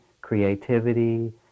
creativity